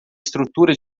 estrutura